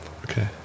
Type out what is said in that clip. Okay